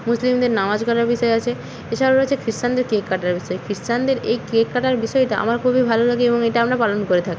মুসলিমদের নামাজ করার বিষয় আছে এছাড়াও রয়েছে খ্রিশ্চানদের কেক কাটার বিষয় খ্রিশ্চানদের এই কেক কাটার বিষয়টা আমার খুবই ভালো লাগে এবং এটা আমরা পালন করে থাকি